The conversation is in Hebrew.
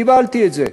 קיבלתי את זה.